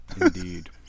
Indeed